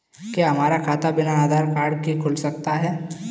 क्या हमारा खाता बिना आधार कार्ड के खुल सकता है?